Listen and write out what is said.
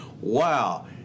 wow